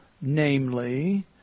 namely